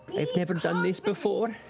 i've never done this before.